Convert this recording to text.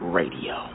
radio